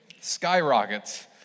skyrockets